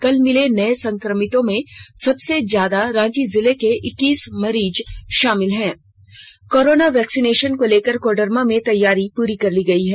कल मिले नए संक्रमितों में सबसे ज्यादा रांची जिले के इक्कासी मरीज शामिल हैं कोरोना वैक्सीन को लेकर कोडरमा में तैयारियां पूरी कर ली गई है